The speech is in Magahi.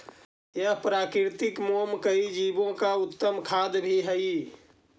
यह प्राकृतिक मोम कई जीवो का उत्तम खाद्य भी हई